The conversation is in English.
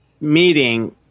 meeting